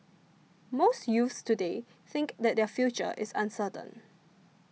most youths today think that their future is uncertain